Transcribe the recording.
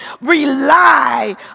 rely